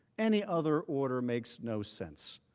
any other order makes no sense.